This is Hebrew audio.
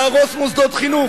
להרוס מוסדות חינוך?